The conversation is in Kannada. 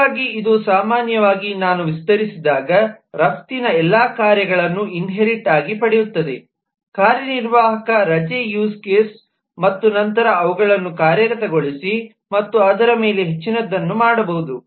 ಹಾಗಾಗಿ ಇದು ಸಾಮಾನ್ಯವಾಗಿ ನಾನು ವಿಸ್ತರಿಸಿದಾಗ ರಫ್ತಿನ ಎಲ್ಲಾ ಕಾರ್ಯಗಳನ್ನು ಇನ್ಹೇರಿಟ್ ಆಗಿ ಪಡೆಯುತ್ತದೆ ಕಾರ್ಯನಿರ್ವಾಹಕ ರಜೆ ಯೂಸ್ ಕೇಸ್ ಮತ್ತು ನಂತರ ಅವುಗಳನ್ನು ಕಾರ್ಯಗತಗೊಳಿಸಿ ಮತ್ತು ಅದರ ಮೇಲೆ ಹೆಚ್ಚಿನದನ್ನು ಮಾಡಬಹುದು